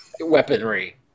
weaponry